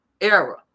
Era